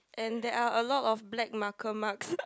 and there are a lot of black marker marks